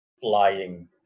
flying